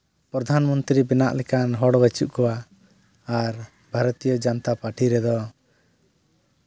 ᱯᱨᱚᱫᱷᱟᱱ ᱢᱚᱱᱛᱨᱤ ᱵᱮᱱᱟᱜ ᱞᱮᱠᱟ ᱦᱚᱲ ᱵᱟᱹᱱᱩᱜ ᱠᱚᱣᱟ ᱟᱨ ᱵᱷᱟᱨᱚᱛᱤᱭᱚ ᱡᱚᱱᱚᱛᱟ ᱯᱟᱨᱴᱤ ᱨᱮᱫᱚ